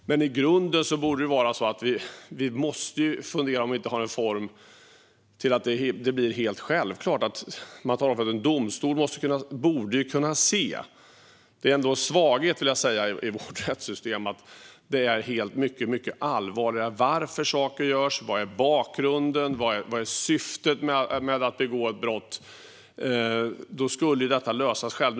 Men i grunden borde vi fundera på att ha en form där det blir helt självklart att en domstol kan se detta. Det är ändå en svaghet i vårt rättssystem, vill jag säga, att det är mycket allvarligare varför saker görs - vad bakgrunden är, vad syftet är med att begå ett brott. Då skulle detta lösa sig självt.